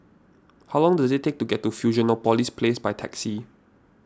how long does it take to get to Fusionopolis Place by taxi